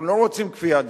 אנחנו לא רוצים כפייה דתית,